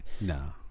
no